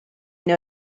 know